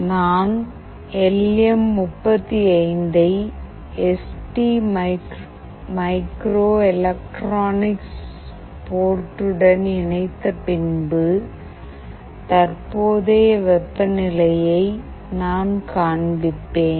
நான் L M 35 I S D micro electronics board உடன் இணைத்த பின்பு தற்போதைய வெப்பநிலையை நான் காண்பிப்பேன்